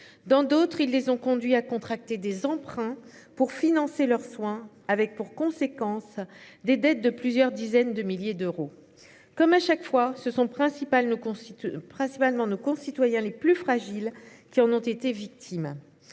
dans d'autres, ils les ont conduits à contracter des emprunts pour financer leurs soins avec pour conséquence des dettes de plusieurs dizaines de milliers d'euros. Comme à chaque fois ce sont principal ne constituent principalement nos concitoyens les plus fragiles qui en ont été victimes